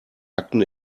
akten